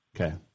Okay